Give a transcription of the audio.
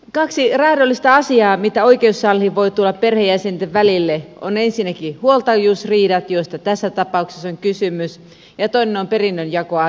kaksi raadollista asiaa mitä oikeussaliin voi tulla perheenjäsenten välille ovat ensinnäkin huoltajuusriidat joista tässä tapauksessa on kysymys ja toinen on perinnönjakoasiat